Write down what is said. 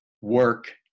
work